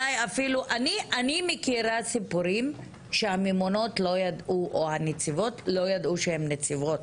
אני מכירה סיפורים שהנציבות לא ידעו שהן נציבות,